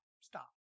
Stop